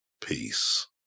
Peace